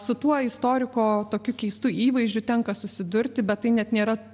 su tuo istoriko tokiu keistu įvaizdžiu tenka susidurti bet tai net nėra